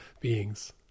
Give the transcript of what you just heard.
beings